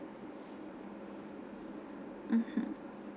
mmhmm